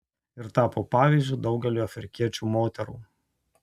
ir tapo pavyzdžiu daugeliui afrikiečių moterų